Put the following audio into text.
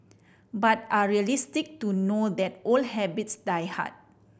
but are realistic to know that old habits die hard